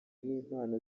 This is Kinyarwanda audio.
n’impano